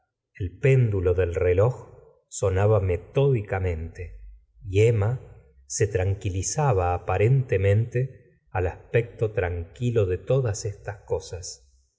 la péndula del reloj sonaba metódicamente y emma se tranquilizaba aparentemente al aspecto tranquilo de todas estas cosas